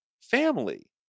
family